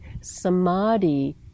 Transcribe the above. Samadhi